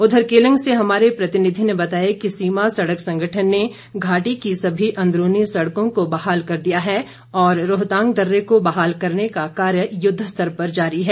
उधर केलंग से हमारे प्रतिनिधि ने बताया कि सीमा सड़क संगठन ने घाटी की सभी अंदरूनी सड़कों को बहाल कर दिया है और रोहतांग दर्रे को बहाल करने का कार्य यूद्ध स्तर पर जारी है